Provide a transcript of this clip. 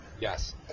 Yes